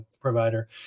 provider